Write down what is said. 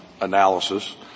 analysis